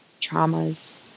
traumas